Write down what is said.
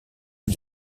est